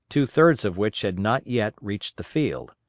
two-thirds of which had not yet reached the field.